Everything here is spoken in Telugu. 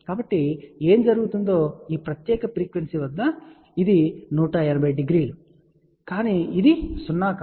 కాబట్టి ఏమి జరుగుతుందో ఈ ప్రత్యేక ఫ్రీక్వెన్సీ వద్ద ఇది 1800 సరే కాని ఇది 0 కాదు